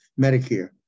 Medicare